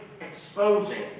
exposing